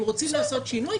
אם רוצים לעשות שינוי,